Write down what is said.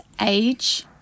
age